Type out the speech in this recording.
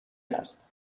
است